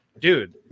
dude